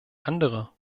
andere